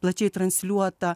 plačiai transliuota